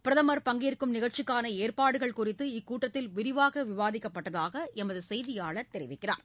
பிரதமர் பங்கேற்கும் நிகழ்ச்சிக்கான ஏற்பாடுகள் குறித்து இக்கூட்டத்தில் விரிவாக விவாதிக்கப்பட்டதாக எமது செய்தியாளர் தெரிவிக்கிறார்